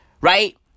Right